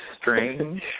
strange